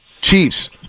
Chiefs